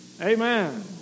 Amen